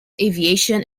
aviation